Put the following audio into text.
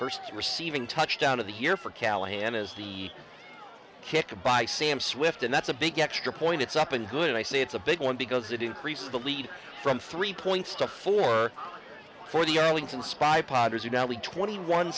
first receiving touchdown of the year for callahan as the kicker by sam swift and that's a big extra point it's up and good i say it's a big one because it increases the lead from three points to four for the arlington spy potters are now we twenty one